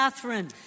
Catherine